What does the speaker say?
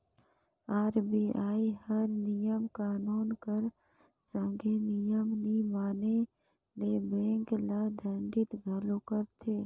RBI हर नियम कानून कर संघे नियम नी माने ते बेंक ल दंडित घलो करथे